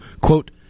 quote